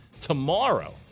tomorrow